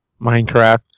Minecraft